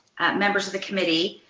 members of the committee.